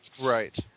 Right